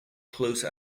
close